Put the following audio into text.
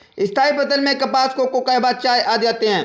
स्थायी फसल में कपास, कोको, कहवा, चाय आदि आते हैं